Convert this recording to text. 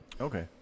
Okay